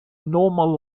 normal